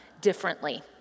differently